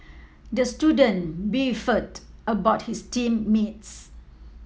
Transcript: the student beefed about his team mates